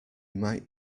might